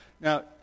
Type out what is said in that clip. now